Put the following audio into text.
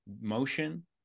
motion